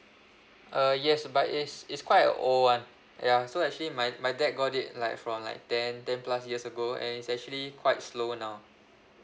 uh yes but it's it's quite a old [one] ya so actually my my dad got it like from like ten ten plus years ago and is actually quite slow now